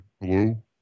hello